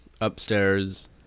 upstairs